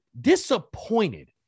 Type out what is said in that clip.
disappointed